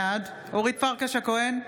בעד אורית פרקש הכהן,